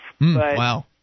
Wow